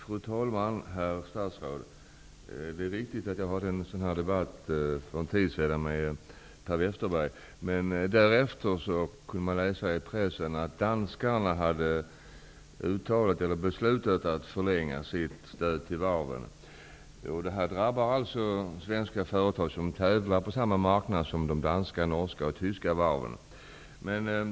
Fru talman! Herr statsråd! Det är riktigt att jag för en tid sedan hade en debatt i den här frågan med Per Westerberg, men därefter har vi kunnat läsa i pressen att danskarna har beslutat att förlänga sitt stöd till varven. Det här drabbar svenska företag, som tävlar på samma marknad som de danska, norska och tyska varven.